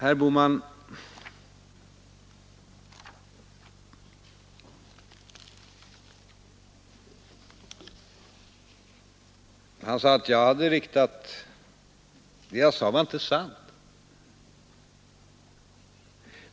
Herr Bohman hävdade att det jag sade inte var sant.